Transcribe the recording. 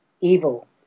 evil